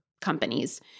companies